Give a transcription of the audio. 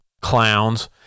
clowns